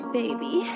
baby